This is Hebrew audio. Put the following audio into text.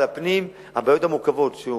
אבל משרד הפנים, הבעיות המורכבות שהוא